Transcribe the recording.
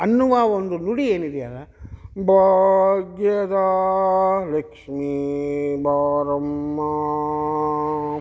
ಅನ್ನುವ ಒಂದು ನುಡಿ ಏನಿದೆಯಲ್ಲ ಭಾಗ್ಯದ ಲಕ್ಷ್ಮೀ ಬಾರಮ್ಮ